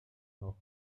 noch